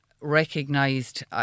recognised